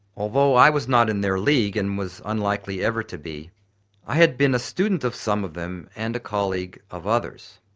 although i was not in their league and was unlikely ever to be i had been a student of some of them and a colleague of others.